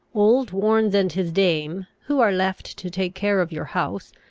old warnes and his dame, who are left to take care of your house,